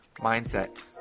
mindset